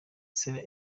sara